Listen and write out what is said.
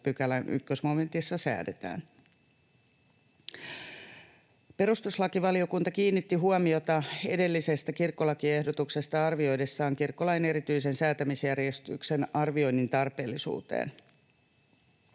3 §:n 1 momentissa säädetään. Perustuslakivaliokunta kiinnitti huomiota edellistä kirkkolakiehdotusta arvioidessaan kirkkolain erityisen säätämisjärjestyksen arvioinnin tarpeellisuuteen.